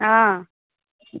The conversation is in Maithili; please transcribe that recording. हँ